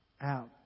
out